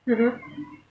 (uh huh)